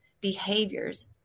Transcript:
behaviors